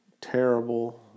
terrible